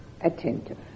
attentive